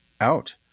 out